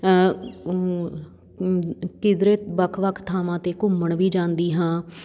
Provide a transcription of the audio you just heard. ਕਿੱਧਰੇ ਵੱਖ ਵੱਖ ਥਾਵਾਂ 'ਤੇ ਘੁੰਮਣ ਵੀ ਜਾਂਦੀ ਹਾਂ